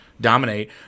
dominate